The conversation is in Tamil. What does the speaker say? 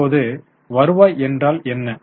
இப்போது வருவாய் என்றால் என்ன